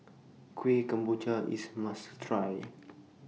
Kueh Kemboja IS must Try